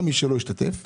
גם מי שלא השתתף בדיונים,